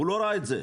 הוא לא ראה את זה.